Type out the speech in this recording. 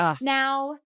Now